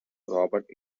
robert